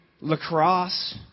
lacrosse